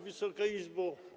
Wysoka Izbo!